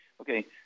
Okay